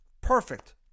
Perfect